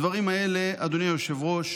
הדברים האלה, אדוני היושב-ראש,